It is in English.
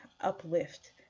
uplift